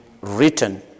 written